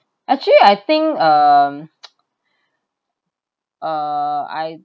actually I think um uh I